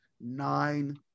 Nine